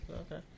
Okay